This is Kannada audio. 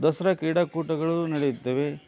ದಸರಾ ಕ್ರೀಡಾ ಕೂಟಗಳು ನಡೆಯುತ್ತವೆ